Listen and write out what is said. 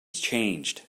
changed